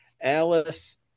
Alice